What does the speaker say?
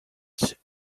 deemed